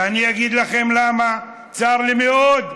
ואני אגיד לכם למה צר לי מאוד,